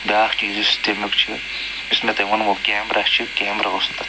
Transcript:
بیٛاکھ چیٖز یُس تمیُک چھُ یُس مےٚ تۄہہِ ونٛمو کٮ۪مرا چھِ کٮ۪مرا اوس نہٕ تتھ